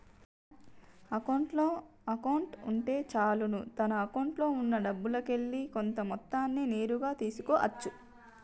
account ఉంటే చాలును తన అకౌంట్లో ఉన్నా డబ్బుల్లోకెల్లి కొంత మొత్తాన్ని నేరుగా తీసుకో అచ్చు